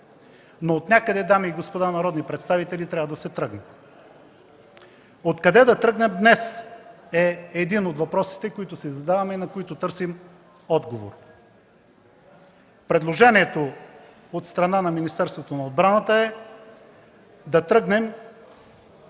Но отнякъде, уважаеми дами и господа народни представители, трябва да се тръгне. Откъде да тръгнем днес? Това е един от въпросите, който си задаваме и на който търсим отговор. Предложението от страна на Министерството на отбраната е да тръгнем